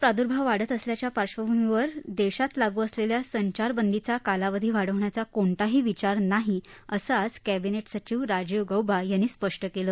प्रादुर्भाव वाढत असल्याच्या पार्श्वभूमीवर देशात लागु देशात कोरोनाचा असलेल्या संचारबंदीचा कालावधी वाढवण्याचा कोणताही विचार नाही असं आज कॅबिनेट सचिव राजीव गौबा यांनी आज स्पष्ट केलं